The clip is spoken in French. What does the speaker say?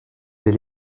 des